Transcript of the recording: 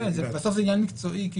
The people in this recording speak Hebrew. בסוף זה עניין מקצועי.